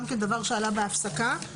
גם דבר שעלה בהפסקה,